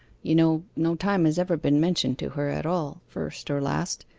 you know, no time has ever been mentioned to her at all, first or last,